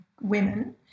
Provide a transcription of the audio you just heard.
women